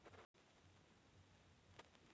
खेत में निनाण करने के लिए कौनसा औज़ार काम में आता है?